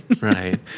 Right